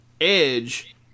Edge